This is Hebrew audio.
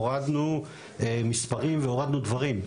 והורדנו שם מספרים והורדנו דברים.